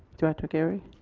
director geary.